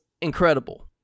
incredible